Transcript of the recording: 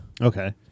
okay